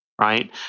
Right